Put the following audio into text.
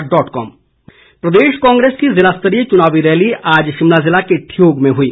कांग्रेस प्रचार प्रदेश कांग्रेस की ज़िला स्तरीय चुनावी रैली आज शिमला ज़िले के ठियोग में हुई